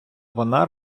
вона